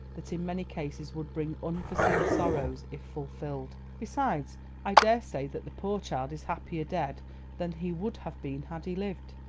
that in many cases would bring unforeseen sorrows if fulfilled. besides i daresay that the poor child is happier dead than he would have been had he lived.